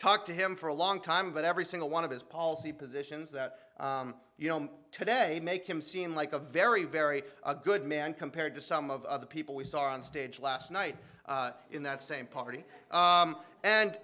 talked to him for a long time but every single one of his policy positions that you know today make him seem like a very very good man compared to some of the people we saw on stage last night in that same party